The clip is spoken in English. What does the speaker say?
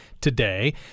today